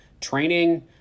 training